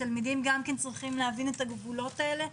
התלמידים גם צריכים להבין את הגבולות האלה,